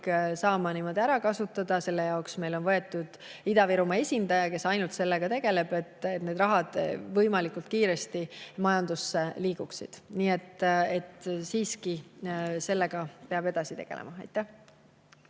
saama ära kasutada, selle jaoks meil on [tööle] võetud Ida-Virumaa esindaja, kes ainult sellega tegeleb, et need rahad võimalikult kiiresti majandusse liiguksid. Nii et siiski, sellega peab edasi tegelema. Jaak